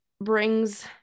brings